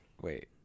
wait